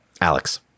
Alex